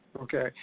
Okay